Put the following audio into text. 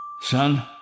Son